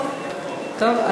טוב,